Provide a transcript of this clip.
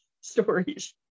stories